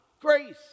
grace